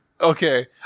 Okay